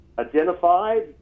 Identified